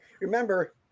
remember